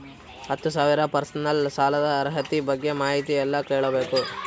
ಹತ್ತು ಸಾವಿರ ಪರ್ಸನಲ್ ಸಾಲದ ಅರ್ಹತಿ ಬಗ್ಗೆ ಮಾಹಿತಿ ಎಲ್ಲ ಕೇಳಬೇಕು?